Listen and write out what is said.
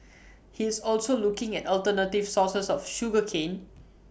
he is also looking at alternative sources of sugar cane